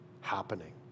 happening